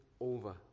over